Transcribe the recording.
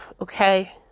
Okay